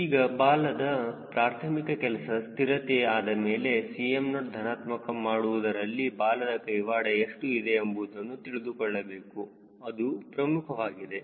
ಈಗ ಬಾಲದ ಪ್ರಾರ್ಥಮಿಕ ಕೆಲಸ ಸ್ಥಿರತೆ ಆದಮೇಲೆ Cm0 ಧನಾತ್ಮಕ ಮಾಡುವುದರಲ್ಲಿ ಬಾಲದ ಕೈವಾಡ ಎಷ್ಟು ಇದೆ ಎಂಬುದನ್ನು ತಿಳಿದುಕೊಳ್ಳಬೇಕು ಇದು ಪ್ರಮುಖವಾಗಿದೆ